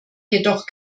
jedoch